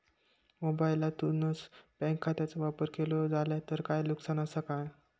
मोबाईलातसून बँक खात्याचो वापर केलो जाल्या काय नुकसान असा काय?